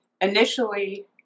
initially